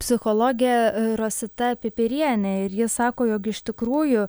psichologė rosita pipirienė ir ji sako jog iš tikrųjų